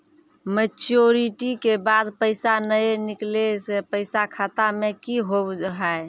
Maturity के बाद पैसा नए निकले से पैसा खाता मे की होव हाय?